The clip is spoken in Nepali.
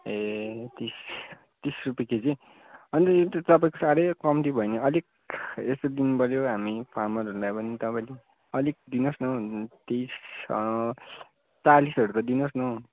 ए तिस तिस रुपियाँ केजी अनि यो त तपाईँको साह्रै कम्ती भयो नि अलिक यसो दिनु पऱ्यो हामी फारमरहरूलाई पनि तपाईँले अलिक दिनुहोस् न हौ तिस चालिसहरू त दिनुहोस् न हौ